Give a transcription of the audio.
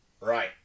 right